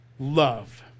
love